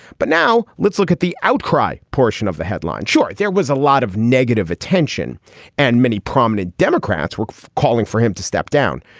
but now let's look at the outcry portion of the headline. sure. there was a lot of negative attention and many prominent democrats were calling for him to step down.